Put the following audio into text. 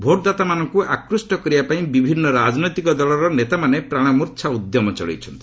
ଭୋଟ୍ଦାତାମାନଙ୍କୁ ଆକୃଷ୍ଟ କରିବାପାଇଁ ବିଭିନ୍ନ ରାଜନୈତିକ ଦଳର ନେତାମାନେ ପ୍ରାଣମୁର୍ଚ୍ଛା ଉଦ୍ୟମ ଚଳାଇଛନ୍ତି